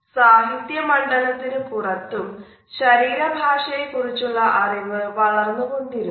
സാഹിത്യ മണ്ഡലത്തിന് പുറത്തും ശരീര ഭാഷയെ കുറിച്ചുള്ള അറിവ് വളർന്നു കൊണ്ടിരിക്കുന്നു